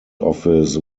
office